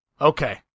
okay